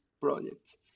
projects